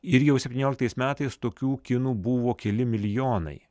ir jau septynioliktais metais tokių kinų buvo keli milijonai